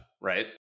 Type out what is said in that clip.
right